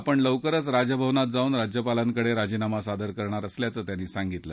आपण लवकरच राजभवनात जाऊन राज्यपालांकडे राजीनामा सादर करणार असल्याचं त्यांनी सांगितलं